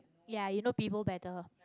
ya you know people better